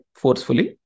forcefully